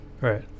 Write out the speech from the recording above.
Right